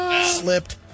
Slipped